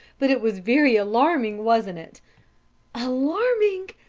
but it was very alarming, wasn't it alarming!